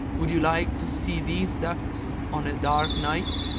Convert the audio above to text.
would you like to see these depths on a dark night?